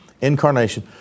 incarnation